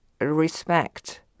Respect